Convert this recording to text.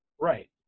right